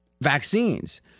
vaccines